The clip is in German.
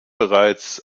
bereits